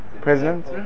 President